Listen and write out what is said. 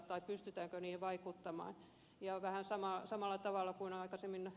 tai pystytäänkö niihin vaikuttamaan vähän samalla tavalla kuin ed